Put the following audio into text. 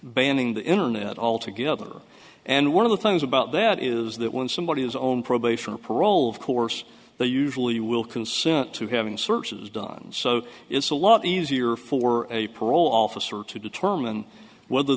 banning the internet altogether and one of the things about that is that when somebody is own probation or parole of course they usually will consent to having searches done so it's a lot easier for a parole officer to determine whether